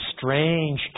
strange